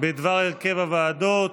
בדבר הרכב הוועדות.